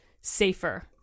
safer